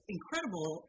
Incredible